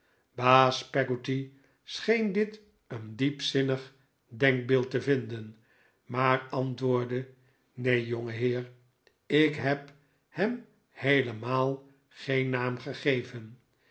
baas peggotty scheen dit een diepzinnig denkbeeld te vinden maar antwoordde neen jongeheer ik heb hem heelemaal geen naam gegeven